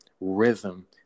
rhythm